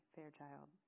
Fairchild